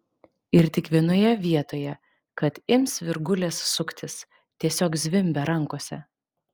ir tik vienoje vietoje kad ims virgulės suktis tiesiog zvimbia rankose